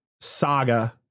saga